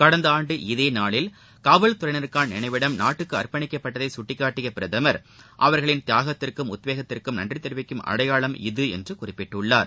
கடந்த ஆண்டு இதேநாளில் காவல்துறையினருக்கான நினைவிடம் நாட்டுக்கு அர்ப்பணிக்கப் பட்டதை கட்டிக்காட்டிய பிரதமர் அவர்களின் தியாகத்துக்கும் உத்வேகத்துக்கும் நன்றி தெரிவிக்கும் அடையாளம் இது என்றும் குறிப்பிட்டுள்ளார்